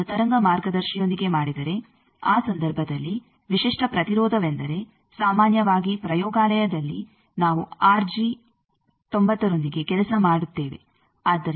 ನೀವು ಅದನ್ನು ತರಂಗ ಮಾರ್ಗದರ್ಶಿಯೊಂದಿಗೆ ಮಾಡಿದರೆ ಆ ಸಂದರ್ಭದಲ್ಲಿ ವಿಶಿಷ್ಟ ಪ್ರತಿರೋಧವೆಂದರೆ ಸಾಮಾನ್ಯವಾಗಿ ಪ್ರಯೋಗಾಲಯದಲ್ಲಿ ನಾವು ಆರ್ ಜಿ 90 ರೊಂದಿಗೆ ಕೆಲಸ ಮಾಡುತ್ತೇವೆ